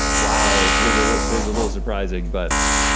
wow. was ah was a little surprising, but.